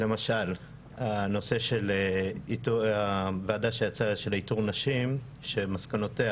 למשל הנושא של ועדה של איתור נשים שמסקנותיה,